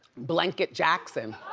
blanket jackson.